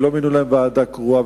לא מינו להן ועדה קרואה,